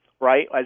right